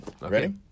Ready